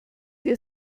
dir